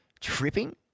tripping